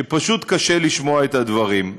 שפשוט קשה לשמוע את הדברים.